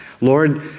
Lord